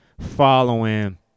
following